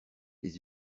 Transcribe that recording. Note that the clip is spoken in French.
les